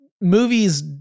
movies